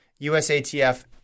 USATF